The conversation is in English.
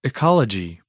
Ecology